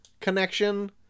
connection